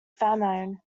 famine